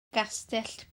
gastell